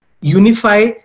unify